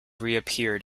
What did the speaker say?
reappeared